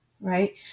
right